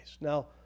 Now